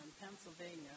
Pennsylvania